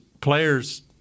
players